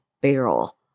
barrel